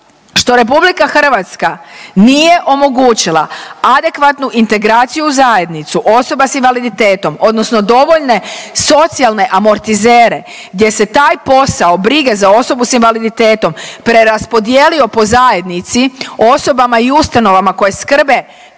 što RH nije omogućila adekvatnu integraciju zajednicu osoba s invaliditetom odnosno dovoljne socijalne amortizere gdje se taj posao brige za osobu s invaliditetom preraspodijelio po zajednici osobama i ustanovama koje skrbe